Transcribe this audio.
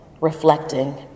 reflecting